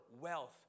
wealth